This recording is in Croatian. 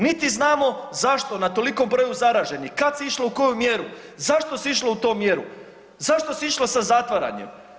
Niti znamo zašto na tolikom broju zaraženih kada se išlo u koju mjeru, zašto se išlo u tu mjeru, zašto se išlo sa zatvaranjem.